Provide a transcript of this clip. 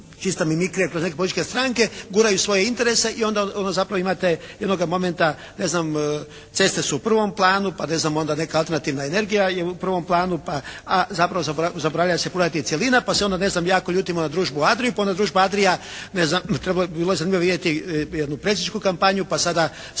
čista mimikrija kroz neke političke stranke, guraju svoje interese i onda zapravo imate jednoga momenta ne znam, ceste su u prvom planu pa ne znam onda neka alternativna energija je u prvom planu. Pa, a zapravo zaboravlja se pogledati cjelina pa se onda ne znam jako ljutimo na Družbu Adria. Pa onda Družba Adria, ne znam, trebalo, bilo bi zanimljivo vidjeti jednu predsjedničku kampanju pa sada, sada